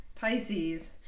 Pisces